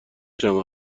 پیشمه